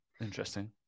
Interesting